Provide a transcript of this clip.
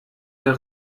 der